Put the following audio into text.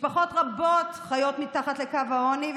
משפחות רבות חיות מתחת לקו העוני,